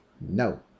no